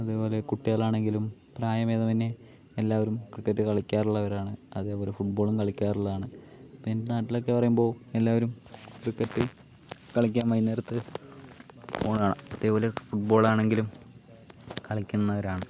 അതേപോലെ കുട്ടികളാണെങ്കിലും പ്രായഭേദമന്യേ എല്ലാവരും ക്രിക്കറ്റ് കളിക്കാറുള്ളവരാണ് അതേപോലെ ഫുട്ബോളും കളിക്കാറുള്ളതാണ് പിന്നെ നാട്ടിലൊക്കെ പറയുമ്പോൾ എല്ലാവരും ക്രിക്കറ്റ് കളിക്കാൻ വൈകുന്നേരത്ത് പോണ കാണാം അതേപോലെ ഫുട്ബോളാണെങ്കിലും കളിക്കുന്നവരാണ്